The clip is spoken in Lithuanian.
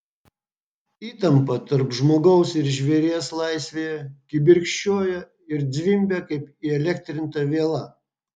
įtampa tarp žmogaus ir žvėries laisvėje kibirkščiuoja ir zvimbia kaip įelektrinta viela